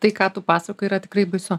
bet tai ką tu pasakoji yra tikrai baisu